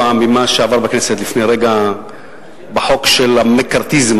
ממה שעבר בכנסת לפני רגע בחוק של המקארתיזם,